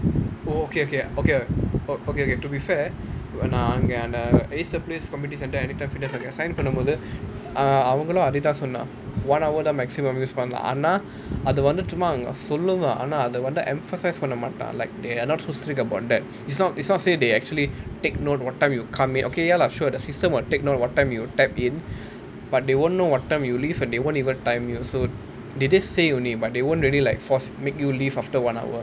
oh okay okay okay okay okay to be fair நான் அங்க:naan anga ace the place community centre Anytime Fitness அங்க:anga sign பண்ணும் போது அவங்களும் அதேதான் சொன்னா:pannum pothu avangalum athaethaan sonnaa one hour lah maximum use பண்லாம் ஆனா அது வந்து சும்மா அங்க சொல்லுவான் ஆனா அது வந்து:panlaam aanaa athu vanthu summa anga solluvaan aanaa athu vanthu emphasise பண்ணமாட்டான்:pannamaattaan like they are not so strict about that it's not it's not say they actually take note what time you come in okay ya lah sure the system will take note what time you tap in but they won't know what time you leave and they won't even time you so they just say only but they won't really like force make you leave after one hour